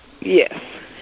Yes